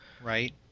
Right